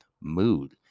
Mood